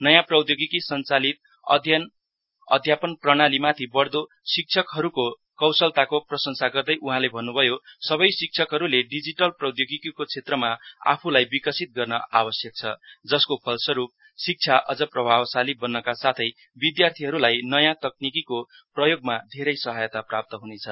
नयाँ प्रौद्योगिकी संचालित अध्यापन प्रणालीमाथि बढ्दो शिक्षकहरूको कौशलताको प्रंशसा गर्दै उहाँले भन्नुभयो सबै शिक्षकहरूले डिजिटल प्रौद्योगिकीको क्षेत्रमा आफूलाई विकसित गर्न आवश्यक छ जसको फलस्वरूप शिक्षा अझ प्रभावकारी बन्नका साथै विद्यार्थीहरूलाई नयाँ तकनिकीको प्रयोग धेरै सहजता प्राप्त हुनेछ